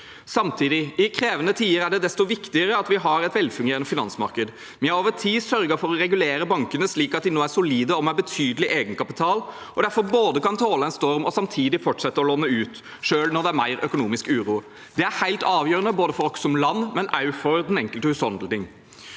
Samtidig: I krevende tider er det desto viktigere at vi har et velfungerende finansmarked. Vi har over tid sørget for å regulere bankene slik at de nå er solide og med betydelig egenkapital, og derfor både kan tåle en storm og samtidig fortsette å låne ut, selv når det er mer økonomisk uro. Det er helt avgjørende både for oss som land og for den enkelte husholdning.